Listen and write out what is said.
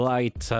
Light